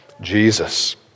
Jesus